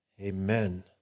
Amen